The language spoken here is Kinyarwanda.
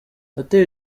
natewe